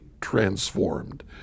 transformed